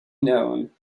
known